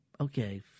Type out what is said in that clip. Okay